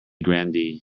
grandee